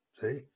See